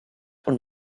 und